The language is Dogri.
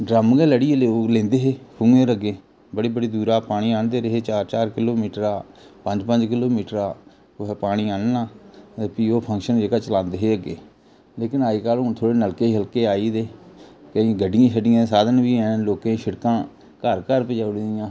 ड्रम गै लड़ियै लेई लेंदे हे खूंहे दे अग्गे बड़ी बड़ी दूरा पानी आह्न्नदे हे चार चार किलोमीटरा पं'ञ पं'ञ किलोमीटरा कुसै पानी आह्न्ना ते फ्ही ओह् फंक्शन जेह्का चलांदे हे अग्गे लेकिन अज्जकल हून थ्होड़े नलके शलके आइयै दे केईं गड्डी शड्डियें दे साधन बी हैन लोकें शिडकां घर घर पजाई ओड़ी दियां